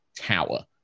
tower